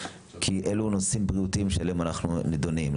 כי אלו נושאים בריאותיים שאליהם אנחנו נידונים,